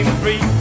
free